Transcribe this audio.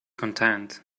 content